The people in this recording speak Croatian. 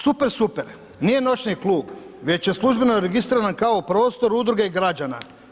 Super Super nije noćni klub već je službeno registriran kao prostor udruge građana.